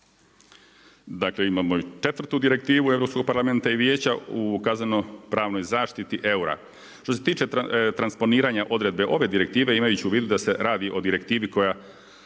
Dakle imamo i četvrtu direktivu Europskog parlamenta i Vijeća u kazneno-pravnoj zaštiti eura. Što se tiče transponiranja odredbe ove direktive imajući u vidu da se radi o direktivi koja